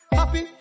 happy